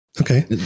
Okay